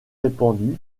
répandue